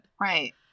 Right